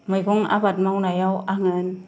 मैगं आबाद मावनायाव आङो